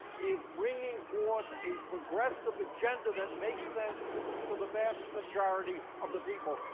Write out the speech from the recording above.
is bringing forth a progressive agenda that makes sense to the vast majority of the people.